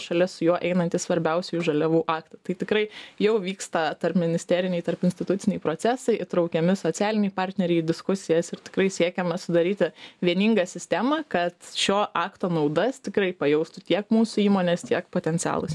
šalia su juo einantį svarbiausiųjų žaliavų aktą tai tikrai jau vyksta tarpministeriniai tarpinstituciniai procesai įtraukiami socialiniai partneriai į diskusijas ir tikrai siekiama sudaryti vieningą sistemą kad šio akto naudas tikrai pajaustų tiek mūsų įmonės tiek potencialūs